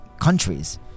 countries